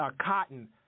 Cotton